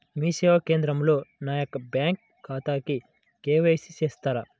మీ సేవా కేంద్రంలో నా యొక్క బ్యాంకు ఖాతాకి కే.వై.సి చేస్తారా?